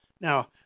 Now